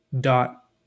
dot